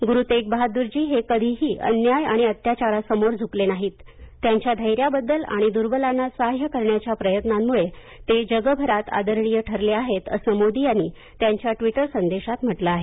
गुरु तेग बहादूरजी हे कधीही अन्याय आणि अत्याचारा समोर झुकले नाहीत त्यांच्या धैर्याबद्दल आणि दुर्बलांना साह्य करण्याच्या प्रयत्नांमुळं ते जगभरात आदरणीय ठरले आहेतअसं मोदी यांनी त्यांच्या ट्वीटर संदेशात म्हटलं आहे